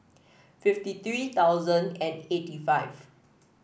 fifty three thousand and eighty five